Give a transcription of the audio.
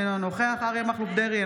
אינו נוכח אריה מכלוף דרעי,